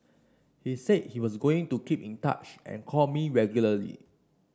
he said that he was going to keep in touch and call me regularly